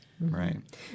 Right